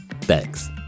Thanks